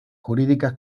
jurídicas